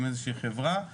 איזושהי חברה,